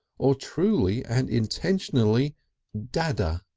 or truly and intentionally dadda,